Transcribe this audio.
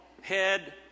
head